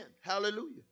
hallelujah